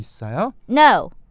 No